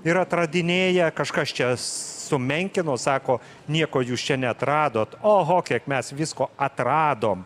ir atradinėja kažkas čia sumenkino sako nieko jūs čia neatradot oho kiek mes visko atradom